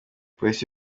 polisi